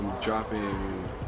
dropping